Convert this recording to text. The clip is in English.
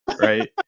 right